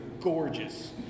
gorgeous